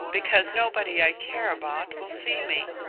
because nobody i care about will see me.